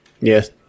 yes